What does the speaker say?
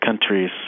countries